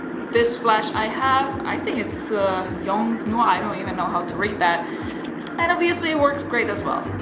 this flash i have. i think it is so yongnuo, i don't eve and know how to read that and obviously it worked great as well.